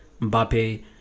Mbappe